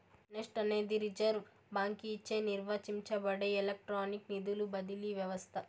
NEFT అనేది reserve బాంకీచే నిర్వహించబడే ఎలక్ట్రానిక్ నిధుల బదిలీ వ్యవస్త